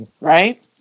Right